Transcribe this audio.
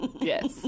Yes